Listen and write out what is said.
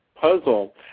puzzle